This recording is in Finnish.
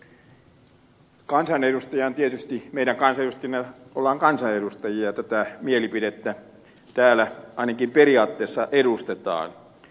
me kansanedustajat tietysti olemme kansan edustajia ja tätä mielipidettä täällä ainakin periaatteessa edustamme